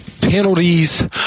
penalties